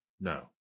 No